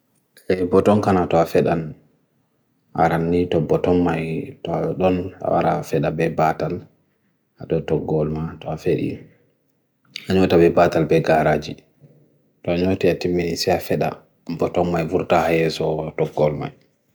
Ek botong ka na toa fedan, aran ni to botong mai toa don, awa ra fedan be batan, adotok gol ma toa feril. Ano toa be batan be ka araji, toa ano toa timeni siya fedan, botong mai vurta hai iso toa gol ma.